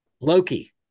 Loki